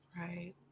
Right